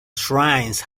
shrines